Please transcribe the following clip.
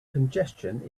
congestion